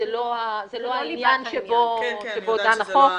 זה לא העניין שבו דן החוק.